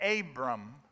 Abram